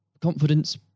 confidence